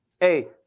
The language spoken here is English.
Hey